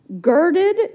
girded